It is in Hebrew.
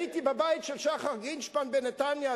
הייתי בבית של שחר גרינשפן בנתניה,